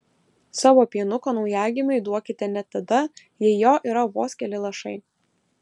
savo pienuko naujagimiui duokite net tada jei jo yra vos keli lašai